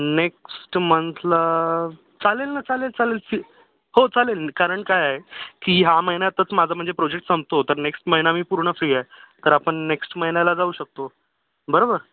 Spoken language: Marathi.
नेक्स्ट मंथला चालेल ना चालेल चालेल की हो चालेल कारण काय आहे की ह्या महिन्यातच माझं म्हणजे प्रोजेक्ट संपतो तर नेक्स्ट महिना मी पूर्ण फ्री आहे तर आपण नेक्स्ट महिन्याला जाऊ शकतो बरोबर